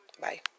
Bye